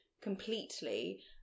completely